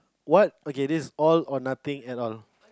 what okay this is all or nothing at all